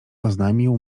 oznajmił